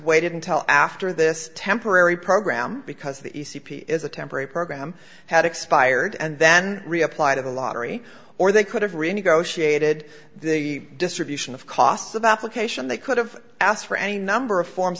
waited until after this temporary program because the e c p a is a temporary program had expired and then reapplied of the lottery or they could have renegotiated the distribution of costs about flirtation they could have asked for any number of forms